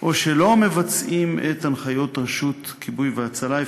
או שלא מבצעים את הנחיות רשות הכיבוי וההצלה,